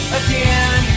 again